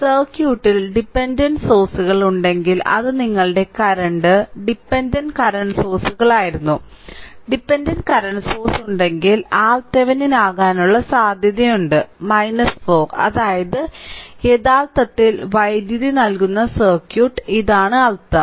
സർക്യൂട്ടിൽ ഡിപെൻഡന്റ് സോഴ്സുകൾ ഉണ്ടെങ്കിൽ അത് നിങ്ങളുടെ കറന്റ് ഡിപെൻഡന്റ് കറന്റ് സോഴ്സുകൾ ആയിരുന്നു ഡിപെൻഡന്റ് കറന്റ് സോഴ്സ് ഉണ്ടെങ്കിൽ RThevenin ആകാനുള്ള സാധ്യതയുണ്ട് 4 അതായത് യഥാർത്ഥത്തിൽ വൈദ്യുതി നൽകുന്ന സർക്യൂട്ട് ഇതാണ് അർത്ഥം